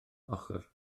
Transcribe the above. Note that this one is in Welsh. ochr